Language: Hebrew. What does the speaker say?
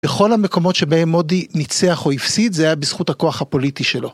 בכל המקומות שבהם מודי ניצח או הפסיד זה היה בזכות הכוח הפוליטי שלו.